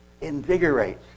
invigorates